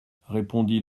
répondit